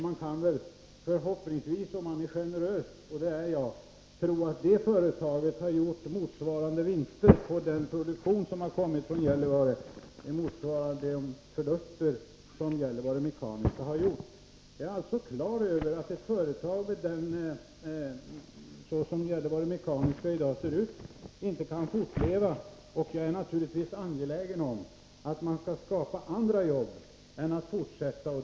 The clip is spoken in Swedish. Man kan väl, om man är generös, och det är jag, tro att det företaget har gjort vinster på den produktion som kommit från Gällivare motsvarande de förluster som Gällivare Mekaniska har gjort. Jag är på det klara med att ett företag så som Gällivare Mekaniska i dag ser ut inte kan fortleva, och jag är naturligtvis angelägen om att man skall skapa andra jobb hellre än att fortsätta.